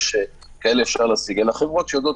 כאלה אפשר להשיג אלא חברות שיודעות